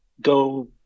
go